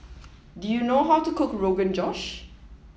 do you know how to cook Rogan Josh